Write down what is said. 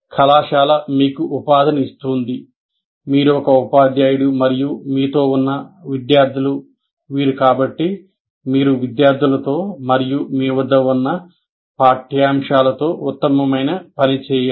కళాశాల మీకు ఉపాధిని ఇస్తోంది మీరు ఒక ఉపాధ్యాయుడు మరియు మీతో ఉన్న విద్యార్థులు వీరుకాబట్టి మీరు విద్యార్థులతో మరియు మీ వద్ద ఉన్న పాఠ్యాంశాలతో ఉత్తమమైన పని చేయాలి